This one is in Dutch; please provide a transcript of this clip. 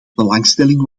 belangstelling